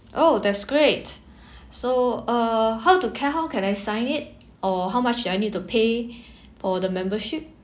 oh that's great so uh how to care how can I sign it or how much do I need to pay for the membership